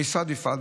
המשרד יפעל,